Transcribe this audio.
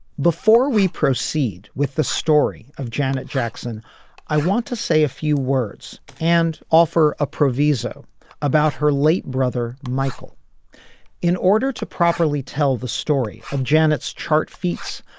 before we proceed with the story of janet jackson i want to say a few words and offer a proviso about her late brother michael in order to properly tell the story of janet's chart feats.